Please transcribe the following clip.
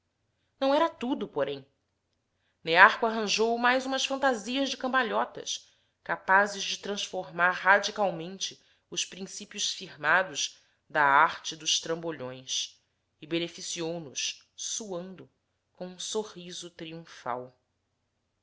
não era tudo porém nearco arranjou mais umas fantasias de cambalhotas capazes de transformar radicalmente os princípios fumados da arte dos trambolhões e beneficiou nos suando com um sorriso triunfal